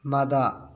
ꯃꯗꯥ